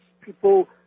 people